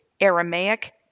Aramaic